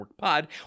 Pod